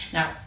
Now